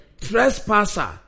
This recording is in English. trespasser